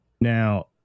Now